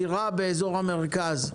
דירה באזור המרכז,